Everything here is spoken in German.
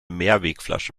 mehrwegflasche